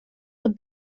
the